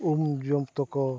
ᱩᱢ ᱡᱚᱢ ᱡᱚᱛᱚ ᱠᱚ